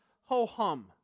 ho-hum